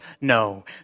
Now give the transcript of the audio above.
No